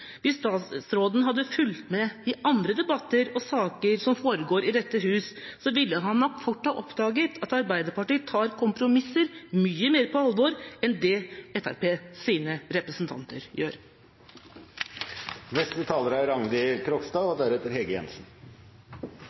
Hvis statsråden hadde fulgt med i andre debatter og saker som foregår i dette hus, ville han nok fort ha oppdaget at Arbeiderpartiet tar kompromisser mye mer på alvor enn det Fremskrittspartiets representanter gjør. I dag er en stor dag for oss som blir glade av å se nye veier bli bygd, og